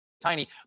tiny